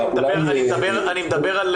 אני מדבר,